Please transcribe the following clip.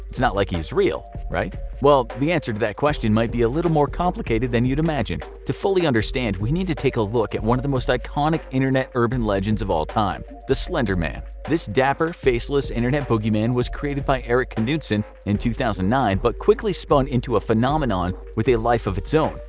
it's not like he's real, right? well, the answer to that question might be a little more complicated than you'd imagine. to fully understand, we need to take a look at one of the most iconic internet urban legends of all time the slender man. this dapper, faceless, internet boogeyman was created by eric knudsen in two thousand and nine, but quickly spun into a phenomenon with a life of its own,